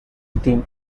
steam